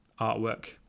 artwork